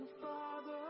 Father